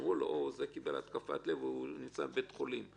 אמרו לו: זה קיבל התקפת לב, הוא נמצא בבית חולים.